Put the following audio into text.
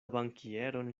bankieron